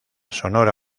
sonora